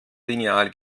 lineal